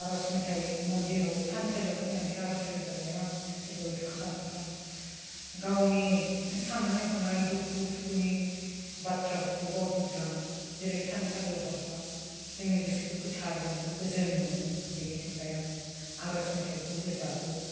बा आर'ज मेथाइ मन्दिराव बा थानसालियाव फैनानैआं मेथाइ रोजाबनायाव जोबोद आखा फाखा गावनि साननाय हनाय दुखु सुखुनि बाथ्राफोरखौ बाउजोबलाङो जेरै थानसालियाव हाबब्ला जोंनि गोसोखौ गोथार मोनो गोजोन मोनो बेनि थाखाय आङो आर'ज मेथाइखौ रोजाबो